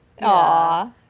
Aw